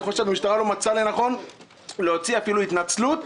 המשטרה לא מצאה לנכון להוציא אפילו התנצלות,